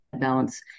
balance